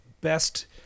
best